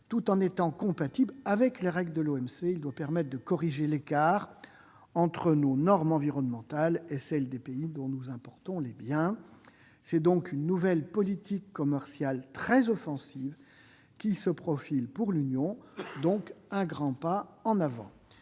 Tout en étant compatible avec les règles de l'Organisation mondiale du commerce (OMC), il doit permettre de corriger l'écart entre nos normes environnementales et celles des pays dont nous importons les biens. C'est donc une nouvelle politique commerciale très offensive qui se profile pour l'Union européenne